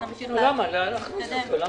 ויוכל להגיש את הבקשות עד 31